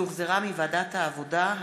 שהוחזרה מוועדת העבודה,